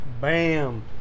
Bam